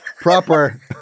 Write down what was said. Proper